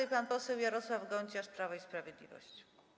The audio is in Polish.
I pan poseł Jarosław Gonciarz, Prawo i Sprawiedliwość.